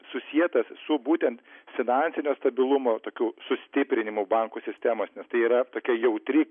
susietas su būtent finansinio stabilumo tokiu sustiprinimu bankų sistemos nes tai yra tokia jautri